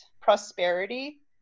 prosperity